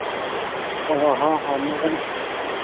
ᱦᱚᱸ ᱦᱚᱸ ᱢᱤᱫ ᱜᱷᱟᱹᱲᱤᱡ